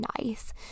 nice